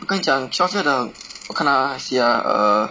我跟你讲 twelve year 的很我看那些 ah err